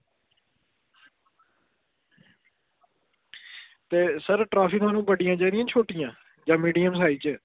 ते सर ट्रॉफियां थुहानू बड्डियां चाही दियां जां छोट्टियां जां मीडियम साईज़ च